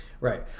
Right